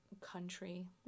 country